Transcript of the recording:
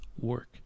work